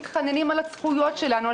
מתחננים על הזכויות שלנו,